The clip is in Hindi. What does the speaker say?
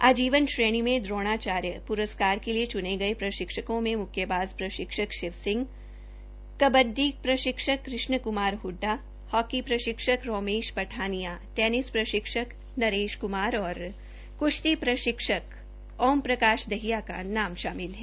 आजीवन श्रेणी में द्रोणाचार्य पुरस्कार के लिए चुने गए प्रशिक्षकों में मुक्केबाज प्रशिक्षक शिव सिंह कबड़डी प्रशिक्षक कृष्ण कुमार हुड़्डा हॉर्को प्रशिक्षक रोमेश पठानिया टेनिस प्रशिक्षक नरेश कुमार और कुश्ती प्रशिक्षक ओम प्रकाष दहिया का नाम शामिल है